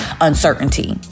uncertainty